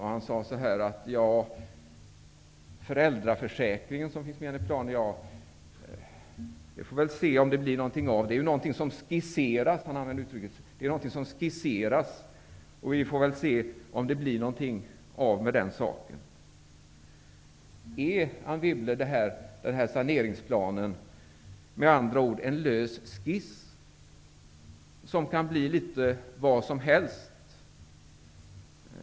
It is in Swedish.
Han sade beträffande föräldraförsäkringen att man får se om det blir något av det. Han sade att det är något som skisseras. Han använde det uttrycket. Anne Wibble, är denna saneringsplan med andra ord en lös skiss, som kan bli litet vad som helst?